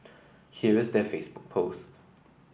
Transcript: here is their Facebook post